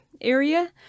area